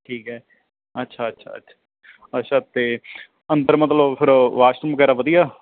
ਠੀਕ ਹੈ ਅੱਛਾ ਅੱਛਾ ਅੱਛਾ ਅੱਛਾ ਤੇ ਅੰਦਰ ਮਤਲਬ ਫਿਰ ਵਾਸ਼ਰੂਮ ਵਗੈਰਾ ਵਧੀਆ